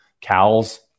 Cows